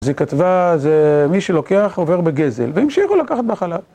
זה כתבה, זה מי שלוקח עובר בגזל, והמשיכו לקחת בחלב.